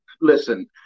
listen